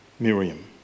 Miriam